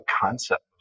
concept